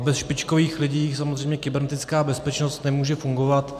Bez špičkových lidí samozřejmě kybernetická bezpečnost nemůže fungovat.